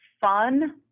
fun